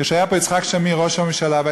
כשיצחק שמיר היה ראש הממשלה פה,